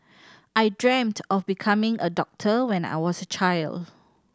I dreamt of becoming a doctor when I was a child